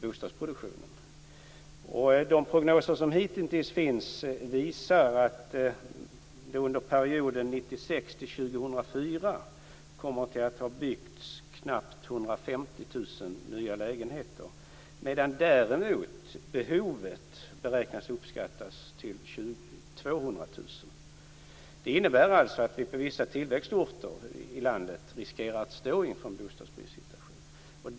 Enligt de prognoser som hittills gjorts för perioden 1996-2004 kommer det under den tiden att byggas knappt 150 000 nya lägenheter, medan behovet däremot uppskattas till 200 000 lägenheter. Det innebär att vissa tillväxtorter i landet riskerar att få en bostadsbristsituation.